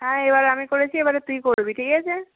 হ্যাঁ এবার আমি করেছি এবারে তুই করবি ঠিক আছে